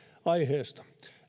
aiheesta